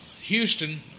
Houston